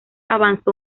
avanzó